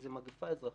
זו מגפה אזרחית.